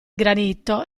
granito